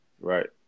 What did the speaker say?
right